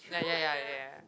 like ya ya ya ya